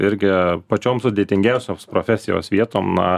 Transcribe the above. irgi pačiom sudėtingiausios profesijos vietom na